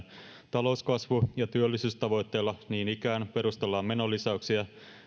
talouskasvu ja työllisyystavoitteella niin ikään perustellaan menolisäyksiä